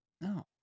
No